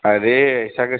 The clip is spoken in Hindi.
अरे ऐसा कैसे